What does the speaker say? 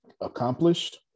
accomplished